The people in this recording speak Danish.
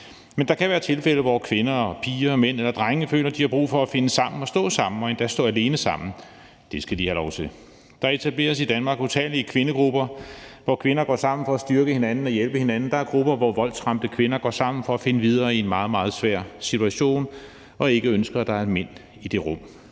Men der kan være tilfælde, hvor kvinder og piger, mænd eller drenge føler, at de har brug for at finde sammen og stå sammen og endda stå alene sammen. Det skal de have lov til. Der etableres i Danmark utallige kvindegrupper, hvor kvinder går sammen for at styrke hinanden og hjælpe hinanden. Der er grupper, hvor voldsramte kvinder går sammen for at finde videre i en meget, meget svær situation og ikke ønsker, at der er mænd i det rum.